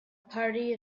party